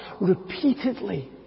repeatedly